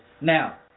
Now